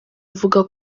avuga